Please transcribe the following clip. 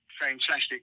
fantastic